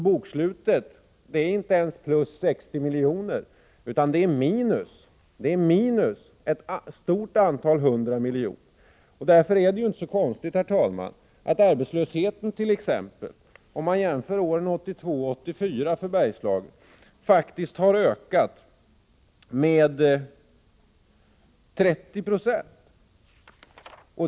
Bokslutet visar inte ens plus 60 milj.kr. utan minus ett stort antal hundra miljoner. Därför är det inte konstigt, herr talman, att arbetslösheten i Bergslagen har ökat från 1982 till 1984 med 30 96.